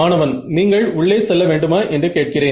மாணவன் நீங்கள் உள்ளே செல்ல வேண்டுமா என்று கேட்கிறேன்